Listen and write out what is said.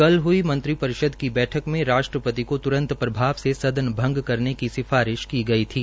कल हुई मंत्री परिषद की बैठक में राष्ट्रपति को तुरंत प्रभाव से सदन भंग करने की सिफारिश की गई थी